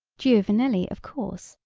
giovanelli, of course,